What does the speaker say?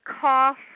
cough